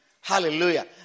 Hallelujah